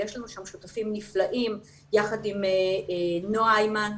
ויש לנו שם שותפים נפלאים יחד עם נועה היימן.